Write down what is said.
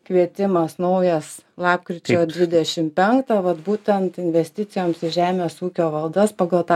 kvietimas naujas lapkričio dvidešim penktą vat būtent investicijoms į žemės ūkio valdas pagal tą